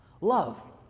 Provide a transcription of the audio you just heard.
Love